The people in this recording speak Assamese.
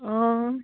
অঁ